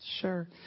Sure